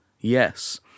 Yes